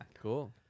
Cool